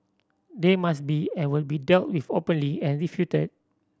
they must be and will be dealt with openly and refuted